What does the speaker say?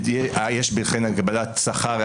יש בה חן על קבלת שכר,